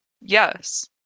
Yes